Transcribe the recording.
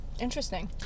interesting